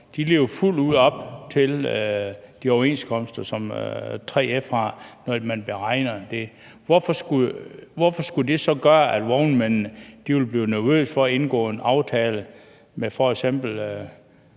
ud lever op til de overenskomster, som 3F har, hvorfor skulle det så gøre, at vognmændene ville blive nervøse for at indgå en aftale med f.eks.